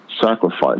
sacrifice